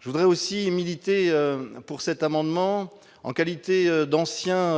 je voudrais aussi militer pour cet amendement en qualité d'ancien